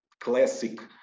classic